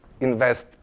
invest